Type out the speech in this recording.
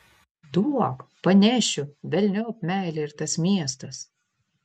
duok panešiu velniop meilė ir tas miestas